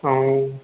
ऐं